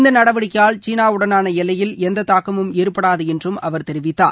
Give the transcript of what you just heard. இந்த நடவடிக்கையால சீனாவுடனான எல்லையில் எந்த தாக்கமும் ஏற்படாது என்றும் அவர் தெரிவித்தார்